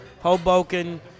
Hoboken